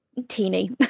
Teeny